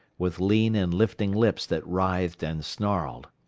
with lean and lifting lips that writhed and snarled.